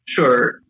Sure